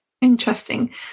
Interesting